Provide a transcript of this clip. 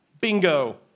Bingo